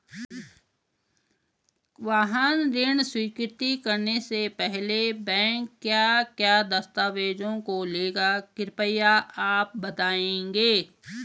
वाहन ऋण स्वीकृति करने से पहले बैंक क्या क्या दस्तावेज़ों को लेगा कृपया आप बताएँगे?